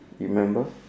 remember